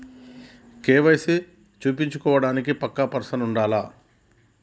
KYC చేపిచ్చుకోవడానికి పక్కా person ఉండాల్నా?